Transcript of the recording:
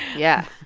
yeah